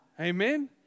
Amen